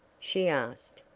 she asked.